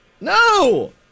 No